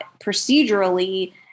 procedurally